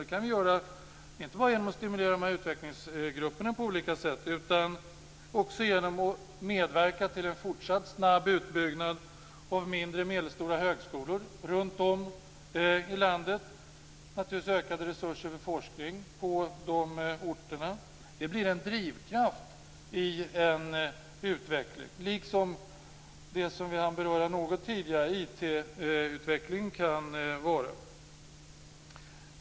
Det kan vi göra inte bara genom att stimulera dessa utvecklingsgrupper på olika sätt. Det kan också ske genom att vi medverkar till en fortsatt snabb utbyggnad av mindre och medelstora högskolor runt om i landet och naturligtvis genom ökade resurser för forskning på de orterna. Det blir en drivkraft i en utveckling, liksom IT-uvecklingen kan vara, som vi hann beröra något tidigare.